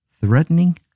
threatening